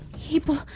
People